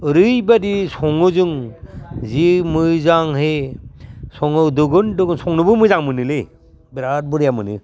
ओरैबायदि सङो जों जि मोजांहै सङो दुगुन दुगुन संनोबो मोजां मोनोलै बिराद बोरैबा मोनो